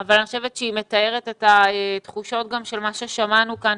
אבל אני חושבת שהיא מתארת את התחושות גם של מה ששמענו כאן,